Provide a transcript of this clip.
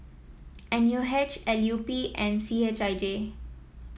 N U H L U P and C H I J